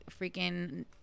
freaking